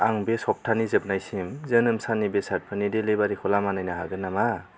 आं बे सप्तानि जोबनायसिम जोनोम साननि बेसादफोरनि डेलिबारिखौ लामा नायनो हागोन नामा